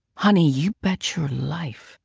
honey, you bet your life